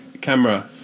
camera